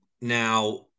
Now